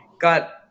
got